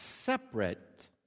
separate